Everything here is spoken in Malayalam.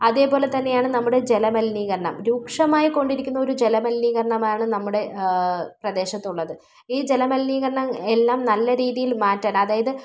അതുപോലെ തന്നെയാണ് നമ്മുടെ ജല മലിനീകരണം രൂക്ഷമയി കൊണ്ടിരിക്കുന്ന ഒരു ജലമലിനീകരണമാണ് നമ്മുടെ പ്രദേശത്ത് ഉള്ളത് ഈ ജല മലിനീകരണം എല്ലാം നല്ല രീതിയിൽ മാറ്റാന് അതായത്